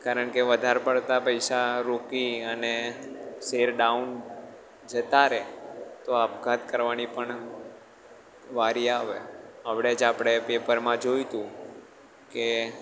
કારણ કે વધાર પડતા પૈસા રોકી અને શેર ડાઉન જતા રહે તો આપઘાત કરવાની પણ વારી આવે હવડે જ આપણે પેપરમાં જોયું હતું કે